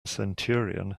centurion